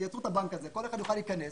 יצרו את הבנק הזה וכל אחד יוכל להיכנס